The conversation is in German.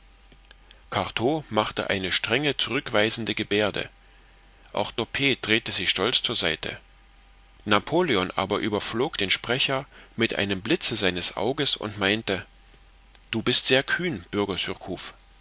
cartaux machte eine strenge zurückweisende geberde auch doppet drehte sich stolz zur seite napoleon aber überflog den sprecher mit einem blitze seines auges und meinte du bist sehr kühn bürger